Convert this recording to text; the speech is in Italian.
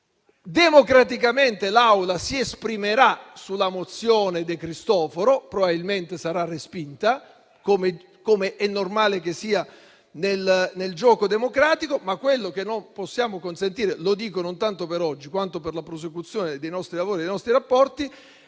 Democraticamente l'Assemblea si esprimerà sulla mozione a prima firma del senatore De Cristofaro, che probabilmente sarà respinta, come è normale che sia nel gioco democratico, ma quello che non possiamo consentire - lo dico non tanto per oggi, quanto per la prosecuzione dei nostri lavori e dei nostri rapporti